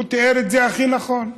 הוא תיאר את זה הכי נכון.